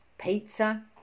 pizza